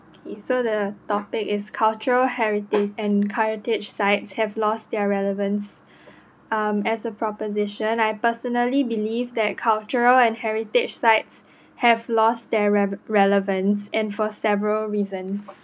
so the topic is culture heritage and heritage sites have lost their relevance um as a proposition I personal believe that cultural and heritage sites have lost their re~ relevance and for several reasons